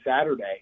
Saturday